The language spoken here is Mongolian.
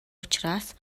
учраас